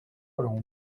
colombes